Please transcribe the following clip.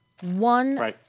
one